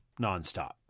nonstop